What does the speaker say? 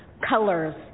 colors